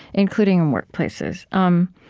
including in workplaces, um